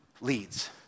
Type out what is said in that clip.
leads